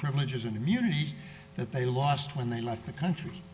privileges and immunities that they lost when they left the country